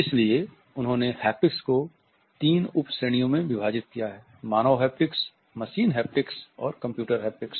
इसलिए उन्होंने हैप्टिक्स को तीन उप श्रेणियों में विभाजित किया है मानव हैप्टिक्स मशीन हैप्टिक्स और कंप्यूटर हैप्टिक्स